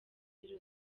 muri